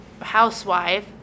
housewife